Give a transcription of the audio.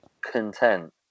content